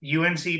UNC